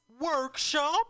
Workshop